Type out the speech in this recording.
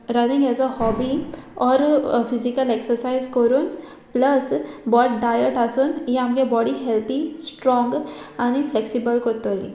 running as a hobby or physical exercise करून plus बोरो diet आसून ही आमगे बॉडी हेल्दी स्ट्रोंग आनी फ्लेक्सिबल कोत्तोली